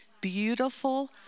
beautiful